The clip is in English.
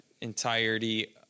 entirety